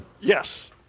yes